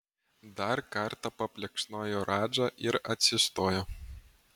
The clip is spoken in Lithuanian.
dar kartą paplekšnojo radžą ir atsistojo